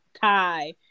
tie